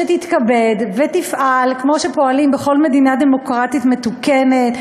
שתתכבד ותפעל כמו שפועלים בכל מדינה דמוקרטית מתוקנת: